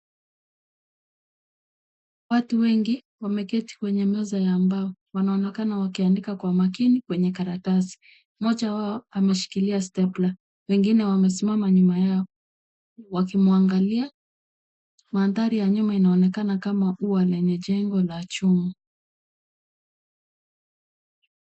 Watu wengi wameketi kwenye meza ya mbao. Wanaonekana wakiandika kwa makini kwenye karatasi. Mmoja wao ameshikilia stepla. Wengine wamesimama nyuma yao wakimwangalia. Mandhari ya nyuma inaonekana kama ua lenye jengo la chuma.